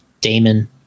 Damon